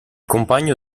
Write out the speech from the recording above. compagno